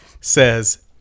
says